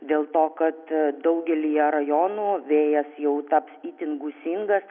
dėl to kad daugelyje rajonų vėjas jau taps itin gūsingas